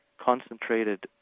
concentrated